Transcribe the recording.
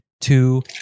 Two